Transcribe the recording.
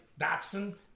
Dotson